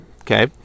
Okay